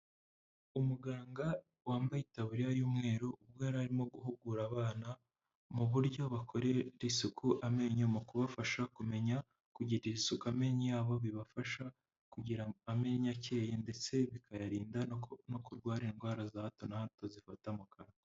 Umuganga wambaye itaburiya y'umweru, ubwo yari arimo guhugura abana mu buryo bakorera isuku amenyo mu kubafasha kumenya kugirira isuka amenyo yabo bibafasha kugira amenyo akeye ndetse bikayarinda no kurwara indwara za hato na hato zifata mu kanwa.